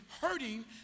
hurting